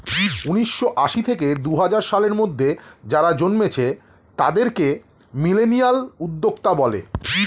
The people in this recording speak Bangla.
উন্নিশো আশি থেকে দুহাজার সালের মধ্যে যারা জন্মেছে তাদেরকে মিলেনিয়াল উদ্যোক্তা বলে